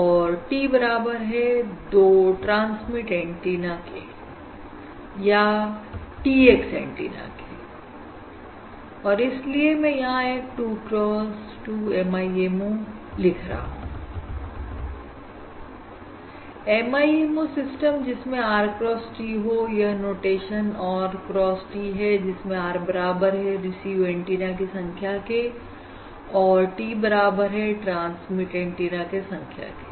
और t बराबर है 2 ट्रांसमिट एंटीना या tx एंटीना के और इसलिए मैं यहां एक 2 cross 2 MIMO कर रहा हूं MIMO सिस्टम जिसमें r coss t हो यह नोटेशन r cross t है जिसमें r बराबर है रिसीव एंटीना की संख्या के और t बराबर है ट्रांसमिट एंटीना की संख्या के